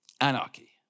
anarchy